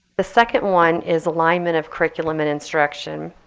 the second one is alignment of curriculum and instruction.